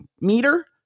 meter